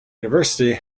university